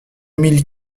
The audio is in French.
mille